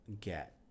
get